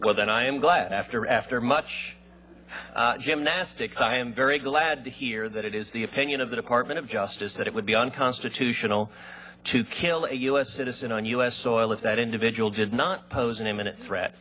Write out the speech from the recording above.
but then i am glad after after much gymnastics i am very glad to hear that it is the opinion of the department of justice that it would be unconstitutional to kill a u s citizen on u s soil if that individual did not pose an imminent threat